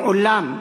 מעולם,